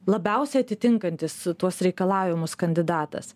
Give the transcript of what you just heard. labiausiai atitinkantis tuos reikalavimus kandidatas